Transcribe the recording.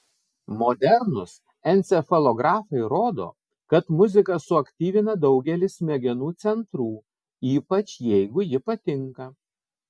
modernūs encefalografai rodo kad muzika suaktyvina daugelį smegenų centrų ypač jeigu ji patinka